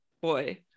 boy